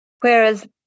Whereas